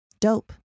Dope